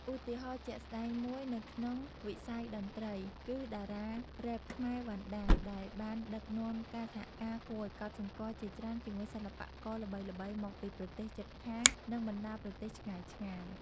ឧទាហរណ៍ជាក់ស្ដែងមួយនៅក្នុងវិស័យតន្ត្រី គឺតារារ៉េបខ្មែរ វណ្ណដា ដែលបានដឹកនាំការសហការគួរឱ្យកត់សម្គាល់ជាច្រើនជាមួយសិល្បករល្បីៗមកពីប្រទេសជិតខាង និងបណ្ដាប្រទេសឆ្ងាយៗ។